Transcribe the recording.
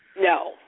No